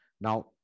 now